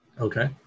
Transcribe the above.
Okay